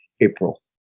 April